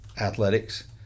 Athletics